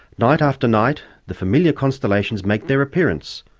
night after night the familiar constellations make their appearance,